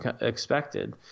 expected